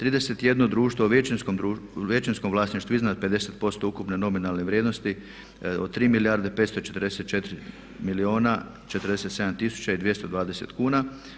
31 društvo u većinskom vlasništvu iznad 50% ukupne nominalne vrijednosti od 3 milijarde i 544 milijuna 47 tisuća i 220 kuna.